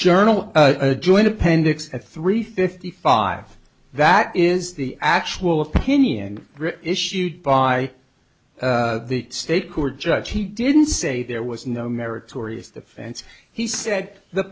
journal joint appendix at three fifty five that is the actual opinion issued by the state court judge he didn't say there was no meritorious the fence he said the